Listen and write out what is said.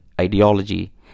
ideology